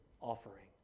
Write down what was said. offering